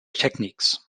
techniques